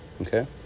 okay